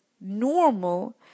normal